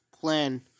plan